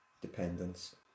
dependence